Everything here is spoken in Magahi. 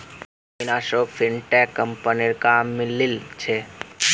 अविनाशोक फिनटेक कंपनीत काम मिलील छ